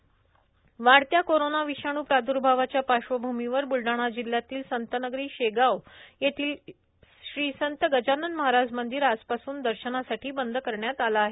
मंदिर दर्शनासाठी बंद वाढत्या कोरोना विषाणू प्राद्भावाच्या पार्श्वभूमीवर ब्लडाणा जिल्हयातील संतनगरी शेगांव येथील श्री संत गजानन महाराज मंदिर आजपासून दर्शनासाठी बंद करण्यात आले आहे